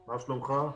מה שלומך?